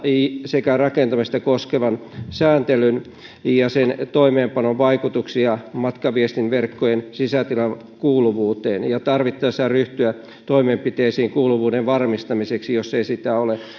sekä rakentamista koskevan sääntelyn ja sen toimeenpanon vaikutuksia matkaviestinverkkojen sisätilakuuluvuuteen ja tarvittaessa ryhtyä toimenpiteisiin kuuluvuuden varmistamiseksi jos ei sitä ole tämä